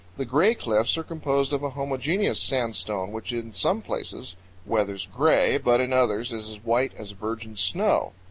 the gray cliffs are composed of a homogeneous sandstone which in some places weathers gray, but in others is as white as virgin snow.